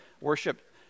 worship